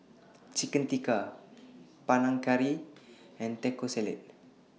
Chicken Tikka Panang Curry and Taco Salad